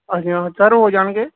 ਹਾਂਜੀ ਹਾਂ ਸਰ ਹੋ ਜਾਣਗੇ